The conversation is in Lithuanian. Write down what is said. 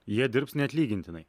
jie dirbs neatlygintinai